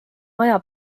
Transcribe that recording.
maja